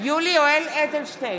יולי יואל אדלשטיין,